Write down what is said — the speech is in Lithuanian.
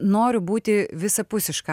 noriu būti visapusiška